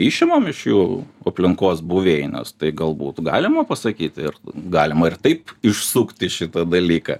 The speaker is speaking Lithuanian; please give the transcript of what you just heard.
išimam iš jų aplinkos buveinės tai galbūt galima pasakyti ir galima ir taip išsukti šitą dalyką